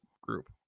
Group